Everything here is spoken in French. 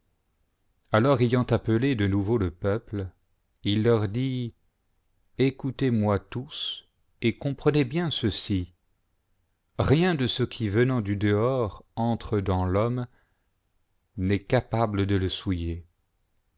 alors ayant appelé de nouveau le peuple il leur dit ecoutez-moi tous et comprenez bien ceci rien de ce qui venant du dehors entre dans l'homme n'est capable de le souiller